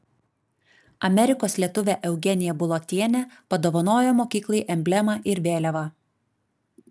amerikos lietuvė eugenija bulotienė padovanojo mokyklai emblemą ir vėliavą